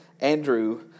Andrew